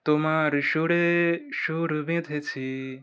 তোমার সুরে সুর বেঁধেছি